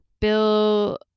bill